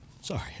sorry